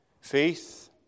Faith